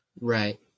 Right